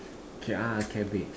ah cabbage